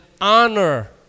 honor